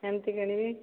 ଏମିତି କିଣିବି